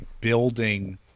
building